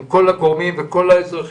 יכול להיות שאפילו מעבר לזה כדי לא להשאיר חיים